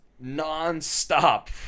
non-stop